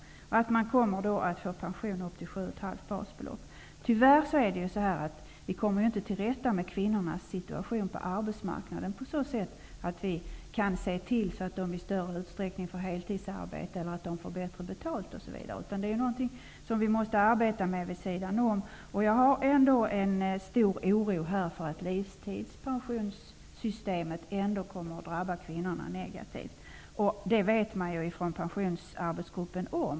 Man kommer nu att få pension upp till 7,5 basbelopp. Tyvärr kommer vi inte till rätta med kvinnornas situation på arbetsmarknaden på så sätt att vi kan se till att de i större utsträckning får heltidsarbete, bättre betalt osv. Det är någonting som vi måste arbeta med vid sidan om. Jag känner en stor oro för att livstidspensionssystemet ändå kommer att drabba kvinnorna negativt. Det vet man om i Pensionsarbetsgruppen.